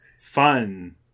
Fun